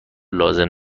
لازم